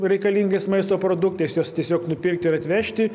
reikalingais maisto produktais juos tiesiog nupirkti ir atvežti